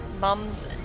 mums